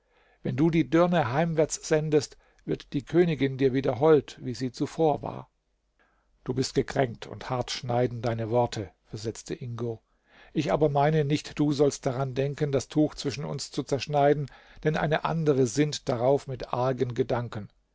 wenn du die dirne heimwärts sendest wird die königin dir wieder hold wie sie zuvor war du bist gekränkt und hart schneiden deine worte versetzte ingo ich aber meine nicht du sollst daran denken das tuch zwischen uns zu zerschneiden denn eine andere sinnt darauf mit argen gedanken